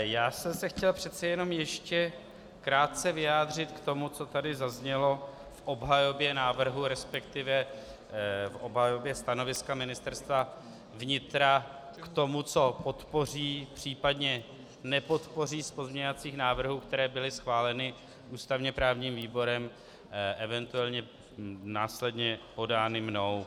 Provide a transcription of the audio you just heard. Já jsem se chtěl přece jenom ještě krátce vyjádřit k tomu, co tady zaznělo v obhajobě návrhu, respektive v obhajobě stanoviska Ministerstva vnitra k tomu, co podpoří, případně nepodpoří z pozměňovacích návrhů, které byly schváleny ústavněprávním výborem, eventuálně následně podány mnou.